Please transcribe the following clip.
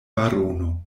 barono